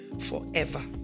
forever